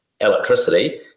electricity